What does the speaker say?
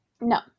no